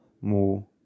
more